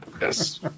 Yes